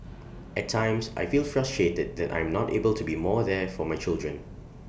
at times I feel frustrated that I'm not able to be more there for my children